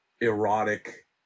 erotic